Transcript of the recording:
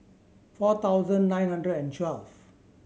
four thousand nine hundred and twelve